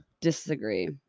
Disagree